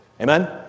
Amen